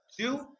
Two